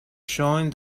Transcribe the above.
shown